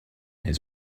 his